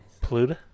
Pluto